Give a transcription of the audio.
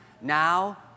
Now